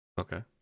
Okay